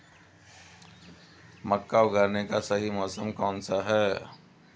मक्का उगाने का सही मौसम कौनसा है?